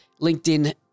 LinkedIn